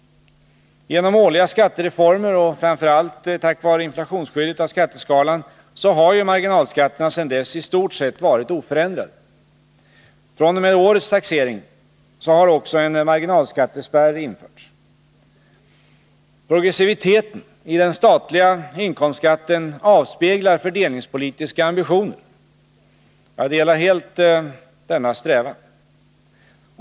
Genom årliga skattereformer och framför allt tack vare inflationsskyddet av skatteskalan har marginalskatterna sedan dess i stort sett varit oförändrade. fr.o.m. årets taxering har också en marginalskattespärr införts. Progressiviteten i den statliga inkomstskatten avspeglar fördelningspolitiska ambitioner. Jag delar helt denna strävan.